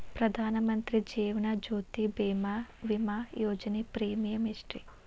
ಪ್ರಧಾನ ಮಂತ್ರಿ ಜೇವನ ಜ್ಯೋತಿ ಭೇಮಾ, ವಿಮಾ ಯೋಜನೆ ಪ್ರೇಮಿಯಂ ಎಷ್ಟ್ರಿ?